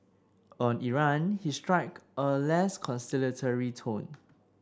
on Iran he struck a less conciliatory tone